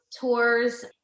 tours